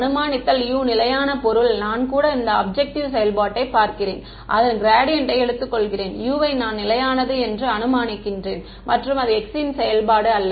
அனுமானித்தல் U நிலையான பொருள் நான் கூட இந்த ஆப்ஜெக்டிவ் செயல்பாட்டைப் பார்க்கிறேன் அதன் க்ராடியன்ட் எடுத்துக்கொள்கிறேன் U வை நான் நிலையானது என்று அனுமானிக்கின்றேன் மற்றும் அது x ன் செயல்பாடு அல்ல